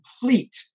complete